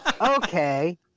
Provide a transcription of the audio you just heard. okay